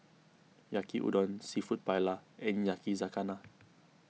Yaki Udon Seafood Paella and Yakizakana